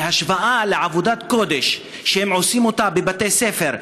בהשוואה לעבודת הקודש שהם עושים בבתי-הספר,